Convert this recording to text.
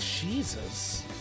Jesus